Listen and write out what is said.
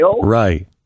Right